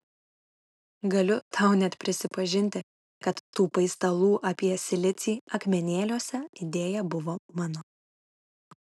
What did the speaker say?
galiu tau net prisipažinti kad tų paistalų apie silicį akmenėliuose idėja buvo mano